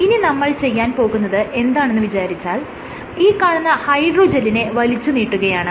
ഇനി നമ്മൾ ചെയ്യാൻ പോകുന്നത് എന്താണെന്ന് വിചാരിച്ചാൽ ഈ കാണുന്ന ഹൈഡ്രോജെല്ലിനെ വലിച്ചുനീട്ടുകയാണ്